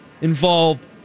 involved